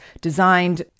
designed